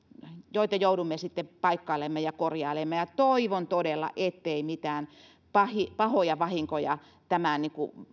joita joudumme sitten paikkailemaan ja korjailemaan toivon todella ettei mitään pahoja pahoja vahinkoja tämän